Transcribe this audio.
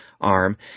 arm